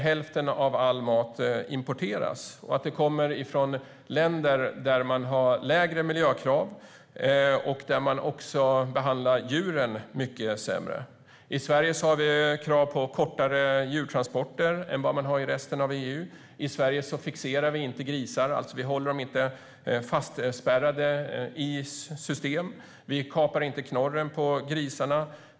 Hälften av all mat importeras och kommer från länder där man har lägre miljökrav och behandlar djuren mycket sämre. I Sverige har vi krav som innebär kortare djurtransporter än i resten av EU. I Sverige fixerar vi inte grisar och håller dem fastspända i system, och vi kapar inte knorren på dem.